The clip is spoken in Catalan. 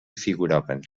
figuraven